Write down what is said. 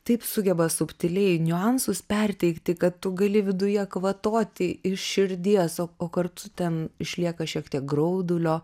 taip sugeba subtiliai niuansus perteikti kad tu gali viduje kvatoti iš širdies o o kartu ten išlieka šiek tiek graudulio